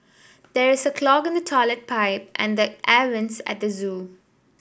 there is a clog in the toilet pipe and the air vents at the zoo